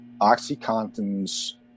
oxycontin's